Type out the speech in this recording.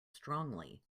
strongly